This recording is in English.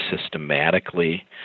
systematically